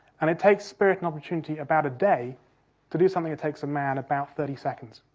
and it takes spirit and opportunity about a day to do something it takes a man about thirty seconds.